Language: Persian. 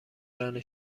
ران